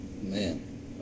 man